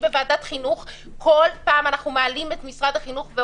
בוועדת החינוך בכל פעם אנחנו שואלים את אנשי משרד החינוך: